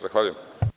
Zahvaljujem.